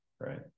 right